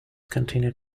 continued